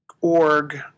org